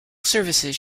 services